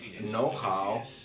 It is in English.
know-how